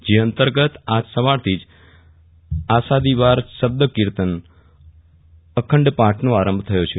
જે અંતર્ગત આજ સવારથી જ આસાદીવાર શબ્દ કીર્તનઅખંડ પથનો આરંભ થયો છે